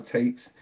Takes